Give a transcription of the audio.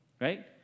right